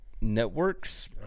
networks